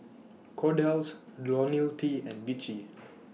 Kordel's Ionil T and Vichy